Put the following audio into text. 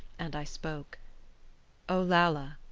and i spoke olalla,